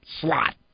slot